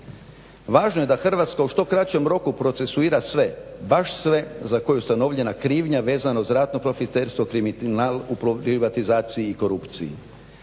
Važno je da Hrvatska u što kraćem roku procesuira sve, baš sve za koje je ustanovljena krivnja vezano uz ratno profiterstvo, kriminal u privatizaciji i korupciji.